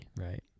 Right